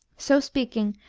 so speaking,